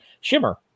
Shimmer